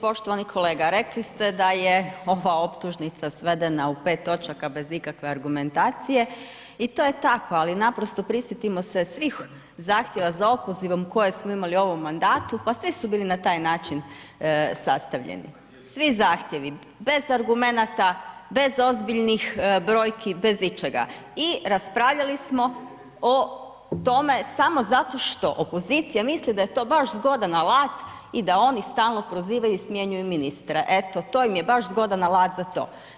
Poštovani kolega, rekli ste da je ova optužnica svedena u 5 točaka bez ikakve argumentacije i to je tako, ali naprosto prisjetimo se svih zahtjeva za opozivom koje smo imali u ovom mandatu, pa svi su bili na taj način sastavljeni, svi zahtjevi, bez argumenata, bez ozbiljnih brojki, bez ičega i raspravljali smo o tome samo zato što opozicija misli da je to baš zgodan alat i da oni stalno prozivaju i smjenjuju ministre, eto to im je baš zgodan alat za to.